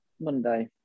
Monday